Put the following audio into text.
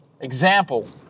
example